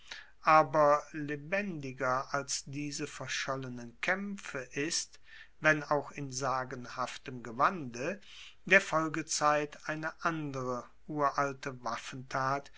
aber lebendiger als diese verschollenen kaempfe ist wenn auch in sagenhaftem gewande der folgezeit eine andere uralte waffentat